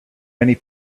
many